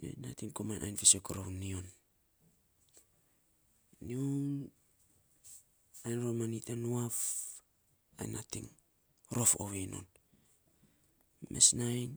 Nyo nating komainy ainy fiisok rou nyiun. Nyiun ainy roma nyi ta nuaf, ai nating rof ovei non. Mes nainy